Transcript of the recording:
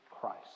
Christ